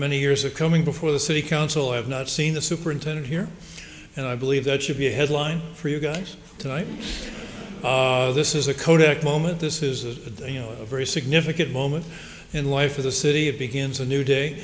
many years of coming before the city council i have not seen the superintendent here and i believe that should be a headline for you guys tonight this is a kodak moment this is a you know very significant moment in life for the city it begins a new day